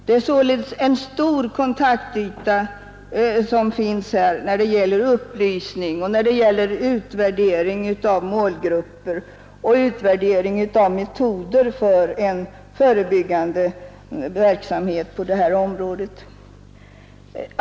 Det finns således en stor kontaktyta när det gäller upplysning, utvärdering av målgrupper och metoder för en förebyggande verksamhet på det här området.